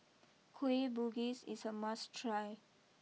Kueh Gugis is a must try